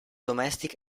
domestic